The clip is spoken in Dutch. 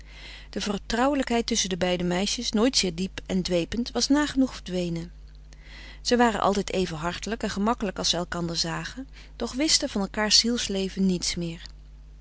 de vertrouwelijkheid tusschen de beide meisjes nooit zeer diep en dwepend was nagenoeg verdwenen zij waren altijd even hartelijk en gemakkelijk als zij elkander zagen doch wisten van elkaars zielsleven niets meer